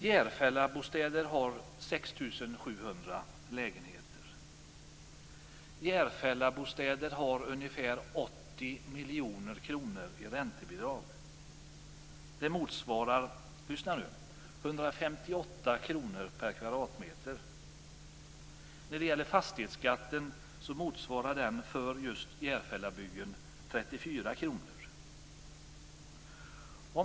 Järfällabygden har 6 700 lägenheter. Järfällabygden har ungefär 80 miljoner kronor i räntebidrag. Det motsvarar 158 kr per kvadratmeter. Fastighetsskatten för Järfällabygden motsvarar 34 kr.